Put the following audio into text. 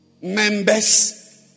members